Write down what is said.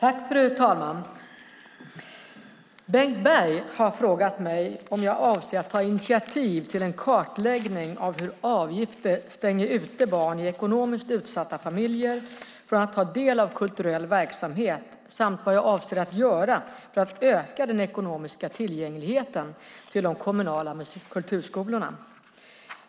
Fru talman! Bengt Berg har frågat mig om jag avser att ta initiativ till en kartläggning av hur avgifter stänger ute barn i ekonomiskt utsatta familjer från att ta del av kulturell verksamhet, samt vad jag avser att göra för att öka den ekonomiska tillgängligheten till de kommunala kulturskolorna.